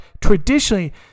traditionally